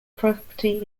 property